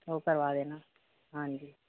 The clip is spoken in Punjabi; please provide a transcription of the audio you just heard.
ਉਹ ਕਰਵਾ ਦੇਣਾ ਹਾਂਜੀ